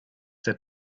der